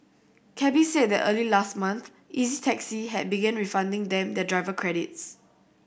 cabbies said that early last month Easy Taxi had begin refunding them their driver credits